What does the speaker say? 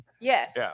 Yes